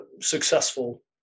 successful